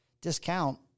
discount